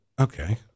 Okay